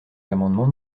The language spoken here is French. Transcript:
l’amendement